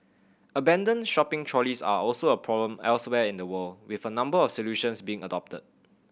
abandoned shopping trolleys are also a problem elsewhere in the world with a number of solutions being adopted